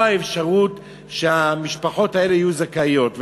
אפשרות שהמשפחות האלה יהיו זכאיות.